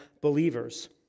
believers